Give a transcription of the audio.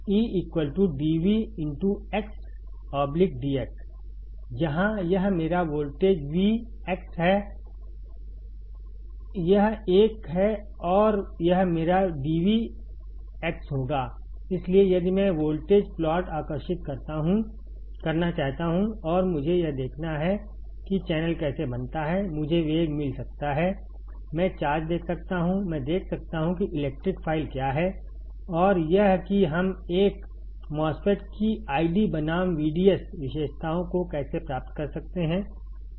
E dvdx जहां यह मेरा वोल्टेज v है यह एक है और यह मेरा DV होगा इसलिए यदि मैं वोल्टेज प्लॉट आकर्षित करना चाहता हूं और मुझे यह देखना है कि चैनल कैसे बनता है मुझे वेग मिल सकता है मैं चार्ज देख सकता हूं मैं देख सकता हूं कि इलेक्ट्रिक फाइल क्या है और यह कि हम एक MOSFET की ID बनाम VDS विशेषताओं को कैसे प्राप्त कर सकते हैं